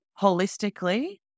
holistically